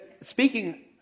speaking